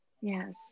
Yes